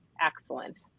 excellent